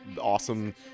awesome